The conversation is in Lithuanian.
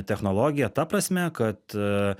technologiją ta prasme kad